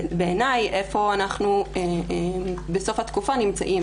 בעיניי איפה אנחנו בסוף התקופה נמצאים,